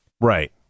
Right